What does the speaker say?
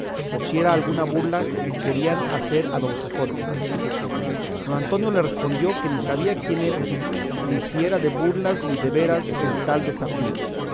o si era alguna burla que querían hacer a don quijote don antonio le respondió que ni sabía quién era ni si era de burlas ni de veras el tal desafío